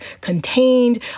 contained